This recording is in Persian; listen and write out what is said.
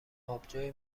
آبجوی